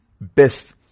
best